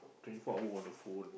twenty four hour on the phone